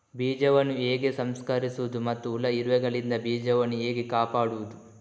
ಬೀಜವನ್ನು ಹೇಗೆ ಸಂಸ್ಕರಿಸುವುದು ಮತ್ತು ಹುಳ, ಇರುವೆಗಳಿಂದ ಬೀಜವನ್ನು ಹೇಗೆ ಕಾಪಾಡುವುದು?